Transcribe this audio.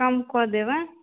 कम कऽ देबै